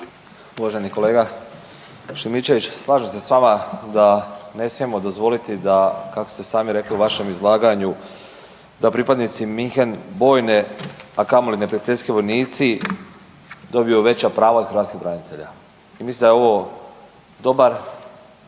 Uvaženi kolega Šimičević, slažem se sa vama da ne smijemo dozvoliti da kako ste sami rekli u vašem izlaganju da pripadnici München bojne a kamoli neprijateljski vojnici dobiju veća prava od hrvatskih branitelja. I mislim da je ovo dobar